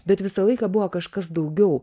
bet visą laiką buvo kažkas daugiau